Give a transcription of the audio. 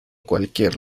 cualquier